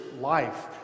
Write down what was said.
life